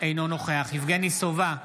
אינו נוכח יבגני סובה,